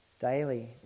daily